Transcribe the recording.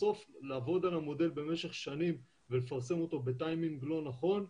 בסוף לעבוד על המודל במשך שנים ולפרסם אותו בטיימינג לא נכון,